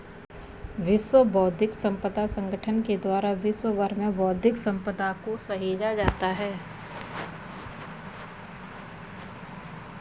विश्व बौद्धिक संपदा संगठन के द्वारा विश्व भर में बौद्धिक सम्पदा को सहेजा जाता है